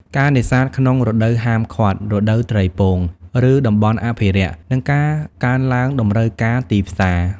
ការនេសាទក្នុងរដូវហាមឃាត់(រដូវត្រីពង) ឬតំបន់អភិរក្ស និងការកើនឡើងតម្រូវការទីផ្សារ។